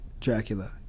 Dracula